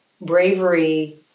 bravery